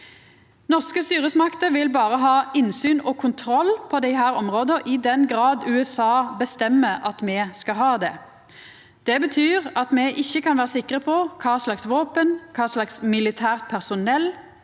Norske styresmakter vil berre ha innsyn i og kontroll over desse områda i den grad USA bestemmer at me skal ha det. Det betyr at me ikkje kan vera sikre på kva slags våpen som finst der, og kva slags militært personell